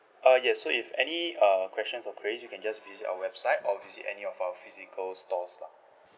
uh yes so if any uh questions or queries you can just visit our website or visit any of our physical stores lah